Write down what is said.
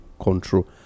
control